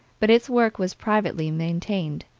but its work was privately maintained.